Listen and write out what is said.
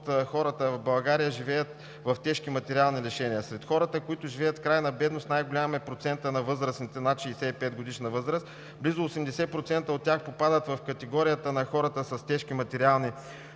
хората в България, живеят в тежки материални лишения. Сред хората, които живеят в крайна бедност, най-голям е процентът на възрастните над 65-годишна възраст – близо 80% от тях попадат в категорията на хората с тежки материални лишения.